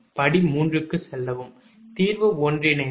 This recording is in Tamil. படி 3 க்குச் செல்லவும் 14 தீர்வு ஒன்றிணைந்தது